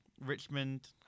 Richmond